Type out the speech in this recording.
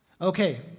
Okay